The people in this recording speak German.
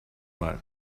mal